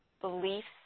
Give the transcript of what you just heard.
beliefs